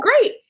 great